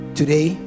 today